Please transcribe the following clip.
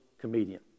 comedian